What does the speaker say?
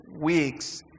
weeks